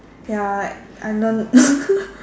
ya like I learn